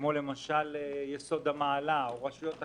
כמו יסוד המעלה או רשויות אחרות.